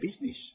business